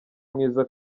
mwiza